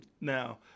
Now